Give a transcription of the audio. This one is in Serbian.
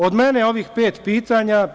Od mene ovih pet pitanja.